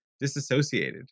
disassociated